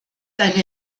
eine